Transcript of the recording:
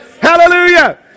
Hallelujah